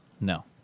No